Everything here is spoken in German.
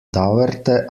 dauerte